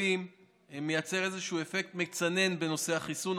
וכזבים מייצרים איזשהו אפקט מצנן בנושא החיסון.